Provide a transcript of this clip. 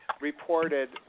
Reported